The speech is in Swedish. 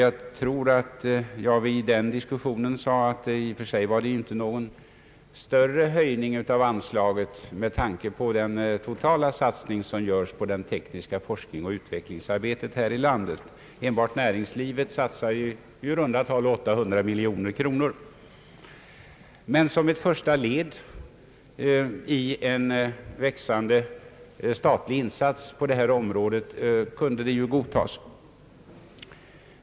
Jag tror att jag i den diskussionen sade att det i och för sig inte var någon större höjning av anslaget med tanke på den totala satsning som görs på det tekniska forsk ningsoch utvecklingsarbetet här i landet. Enbart näringslivet satsar i runda tal 800 miljoner kronor. Men som en första del i en växande statlig insats på det här området kunde beloppet godtas.